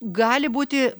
gali būti